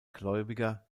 gläubiger